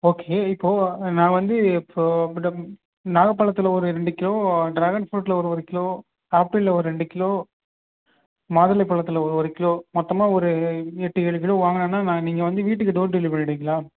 okay இப்போது நான் வந்து இப்போது புடப் நாகப்பழத்துல ஒரு ரெண்டு கிலோ ட்ராகன் ஃப்ரூட்டில் ஒரு ஒரு கிலோ ஆப்பிள் ஒரு ரெண்டு கிலோ மாதுளை பழத்தில் ஒரு கிலோ மொத்தமாக ஒரு எட்டு ஏழு கிலோ வாங்கினேனா நான் நீங்கள் வந்து வீட்டுக்கு டோர் டெலி பண்ணிட்டுரீங்களா